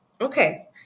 Okay